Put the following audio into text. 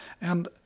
And